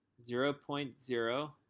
zero point zero,